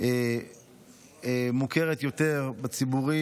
מוכרת יותר בציבור,